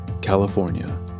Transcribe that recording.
California